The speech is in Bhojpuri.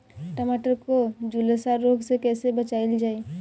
टमाटर को जुलसा रोग से कैसे बचाइल जाइ?